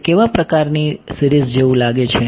તે કેવા પ્રકારની સીરીઝ જેવું લાગે છે